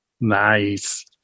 Nice